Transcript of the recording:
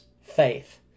faith